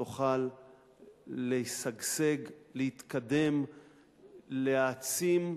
תוכל לשגשג, להתקדם, להעצים,